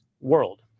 world